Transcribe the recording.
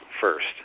first